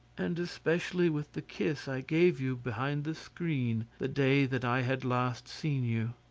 and especially with the kiss i gave you behind the screen the day that i had last seen you.